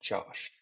Josh